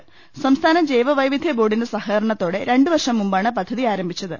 സ്ട്സ്ഥാന് ജൈവ വൈവിധ്യ ബോർഡിന്റെ സഹകരണത്തോടെ രണ്ടൂവർഷം മുമ്പാണ് പദ്ധതി ആരംഭിച്ചത്